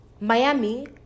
Miami